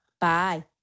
Bye